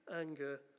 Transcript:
anger